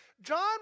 John